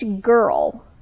girl